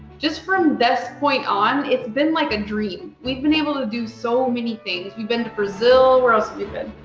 just from this point on, it's been like a dream. we've been able to do so many things. we've been to brazil, where else have we been?